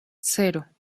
cero